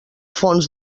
fons